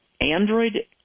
Android